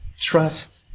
trust